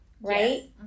right